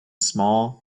small